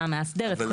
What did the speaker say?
המאסדרת,